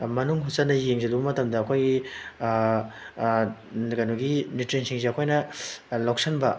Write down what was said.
ꯃꯅꯨꯡ ꯍꯨꯠꯆꯤꯟꯅ ꯌꯦꯡꯖꯤꯜꯂꯨ ꯃꯇꯝꯗ ꯑꯩꯈꯣꯏꯒꯤ ꯀꯩꯅꯣꯒꯤ ꯅ꯭ꯌꯨꯇ꯭ꯔꯦꯟꯁꯤꯡꯁꯦ ꯑꯩꯈꯣꯏꯅ ꯂꯧꯁꯤꯟꯕ